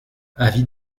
avis